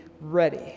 ready